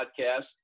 podcast